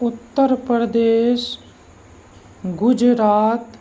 Uttar Pradesh Gujarat